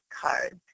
cards